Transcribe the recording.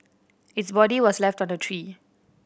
its body was left on a tree